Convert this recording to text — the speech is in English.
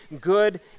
good